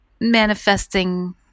manifesting